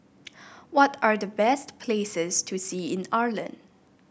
what are the best places to see in Iceland